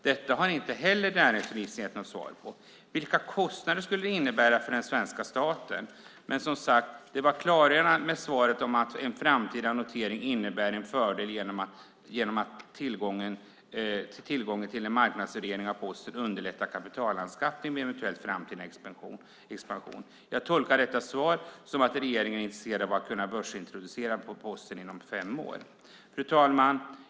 Detta har inte heller näringsministern gett något svar på. Vilka kostnader skulle det innebära för den svenska staten? Svaret var, som sagt, klargörande när det gäller att en framtida notering innebär en fördel genom att tillgång till en marknadsvärdering av Posten underlättar kapitalanskaffning vid en eventuell framtida expansion. Jag tolkar detta svar som att regeringen är intresserad av att kunna börsintroducera Posten inom fem år. Fru talman!